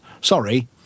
Sorry